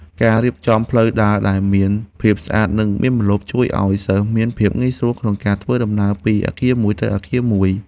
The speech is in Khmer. ការរៀបចំផ្លូវដើរដែលមានភាពស្អាតនិងមានម្លប់ ជួយឱ្យសិស្សមានភាពងាយស្រួលក្នុងធ្វើដំណើរពីអគារមួយទៅអគារមួយ។